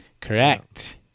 Correct